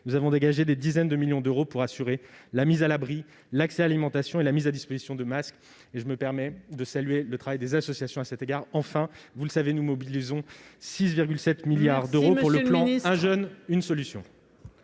Nous avons dégagé des dizaines de millions d'euros pour assurer la mise à l'abri, l'accès à l'alimentation et la mise à disposition de masques. Je me permets, à cet égard, de saluer le travail réalisé par les associations en ce sens. Enfin, vous le savez, nous mobilisons 6,7 milliards d'euros pour le plan « 1 jeune, 1 solution